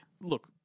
Look